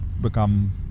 become